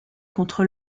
contre